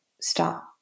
stop